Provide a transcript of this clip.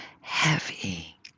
heavy